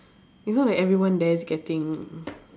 it's not like everyone there is getting